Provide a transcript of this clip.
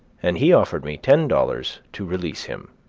and he offered me ten dollars to release him.